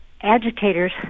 agitators